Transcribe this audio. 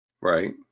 right